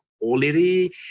Already